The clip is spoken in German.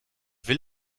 will